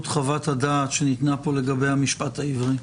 חוות הדעת שניתנה פה לגבי המשפט העברי.